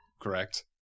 correct